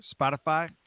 Spotify